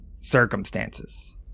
circumstances